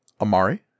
Amari